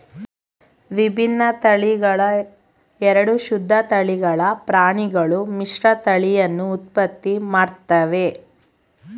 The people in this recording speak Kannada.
ವಿಭಿನ್ನ ತಳಿಗಳ ಎರಡು ಶುದ್ಧ ತಳಿಗಳ ಪ್ರಾಣಿಗಳು ಮಿಶ್ರತಳಿಯನ್ನು ಉತ್ಪತ್ತಿ ಮಾಡ್ತವೆ